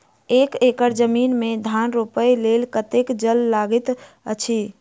एक एकड़ जमीन मे धान रोपय लेल कतेक जल लागति अछि?